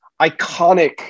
iconic